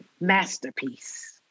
Masterpiece